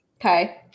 Okay